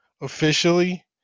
officially